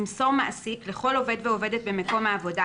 ימסור מעסיק לכל עובד ועובדת במקום העבודה